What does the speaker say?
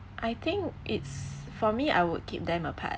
I think it's for me I would keep them apart